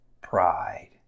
pride